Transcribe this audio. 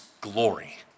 glory